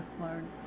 learn